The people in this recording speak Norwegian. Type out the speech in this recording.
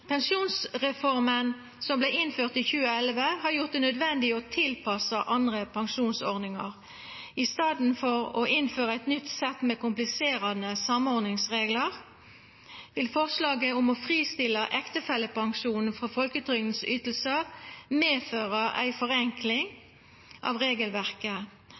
Pensjonsreforma som vart innført i 2011, har gjort det nødvendig å tilpassa andre pensjonsordningar. I staden for å innføra eit nytt sett med kompliserande samordningsreglar vil forslaget om å fristilla ektefellepensjonen frå ytingane i folketrygda medføra ei forenkling av regelverket.